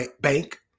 Bank